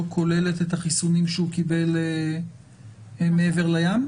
כוללת את החיסונים שהוא קיבל מעבר לים?